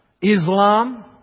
Islam